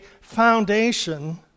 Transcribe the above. foundation